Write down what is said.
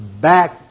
back